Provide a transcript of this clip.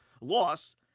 loss